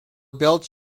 built